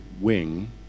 wing